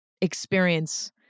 experience